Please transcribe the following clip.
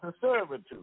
servitude